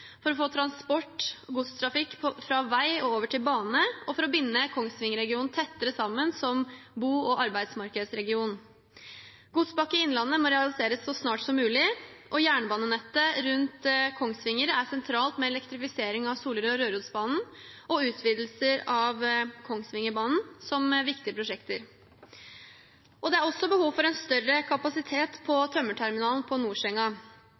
for å få transport og godstrafikk fra vei og over til bane, og for å binde Kongsvinger-regionen tettere sammen som bo- og arbeidsmarkedsregion. Godspakke Innlandet må realiseres så snart som mulig, og jernbanenettet rundt Kongsvinger er sentralt, med elektrifisering av Solør- og Rørosbanen og utvidelse av Kongsvingerbanen som viktige prosjekter. Det er også behov for en større kapasitet på tømmerterminalen på Norsenga.